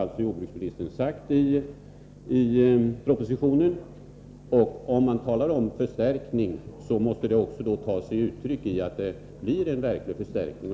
Detta har jordbruksministern uttalat i propositionen, och innebörden härav måste vara att det blir en verklig förstärkning.